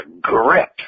grip